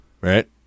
right